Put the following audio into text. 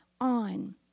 on